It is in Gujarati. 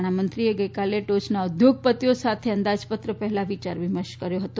નાણામંત્રીએ ગઇકાલે ટોચના ઉદ્યોગપતિઓ સાથે અંદાજપત્ર પહેલા વિયાર વિમર્શ કર્યો હતો